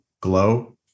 glow